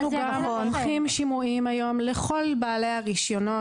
אנחנו גם עורכים שימועים לכל בעלי הרישיונות.